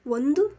ಒಂದು